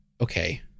okay